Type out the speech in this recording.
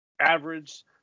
average